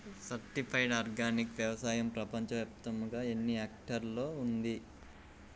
Certified organic వ్యవసాయం ప్రపంచ వ్యాప్తముగా ఎన్నిహెక్టర్లలో ఉంది?